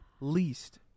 least